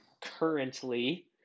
currently